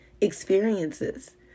experiences